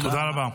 תודה רבה.